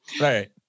Right